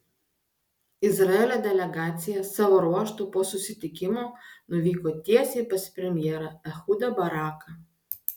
izraelio delegacija savo ruožtu po susitikimo nuvyko tiesiai pas premjerą ehudą baraką